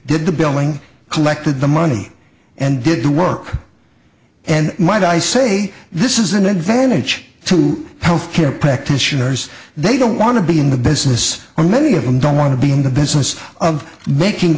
did the billing collected the money and did the work and might i say this is an advantage to health care practitioners they don't want to be in the business or many of them don't want to be in the business of making